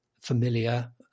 familiar